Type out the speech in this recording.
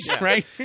right